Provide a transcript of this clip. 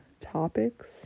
topics